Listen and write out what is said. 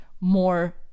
more